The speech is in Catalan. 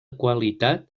qualitat